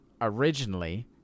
Originally